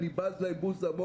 אני בז להן בוז עמוק.